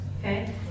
okay